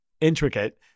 intricate